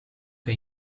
che